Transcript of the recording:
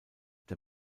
der